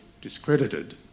discredited